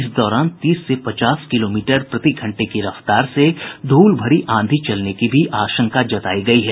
इस दौरान तीस से पचास किलोमीटर प्रतिघंटे की रफ्तार से धूल भरी आंधी चलने की भी आशंका जतायी गयी है